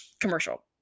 commercial